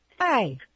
Hi